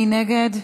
מי נגד?